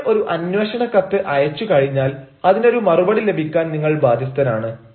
നിങ്ങൾ ഒരു അന്വേഷണ കത്ത് അയച്ചു കഴിഞ്ഞാൽ അതിനൊരു മറുപടി ലഭിക്കാൻ നിങ്ങൾ ബാധ്യസ്ഥനാണ്